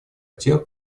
тех